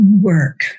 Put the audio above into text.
work